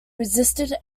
resisted